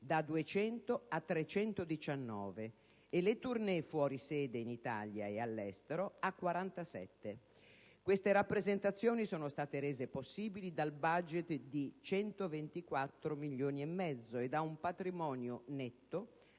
da 200 a 319 e le *tournée* fuori sede in Italia e all'estero a 47. Queste rappresentazioni sono state rese possibili dal *budget* di 124,5 milioni e da un patrimonio netto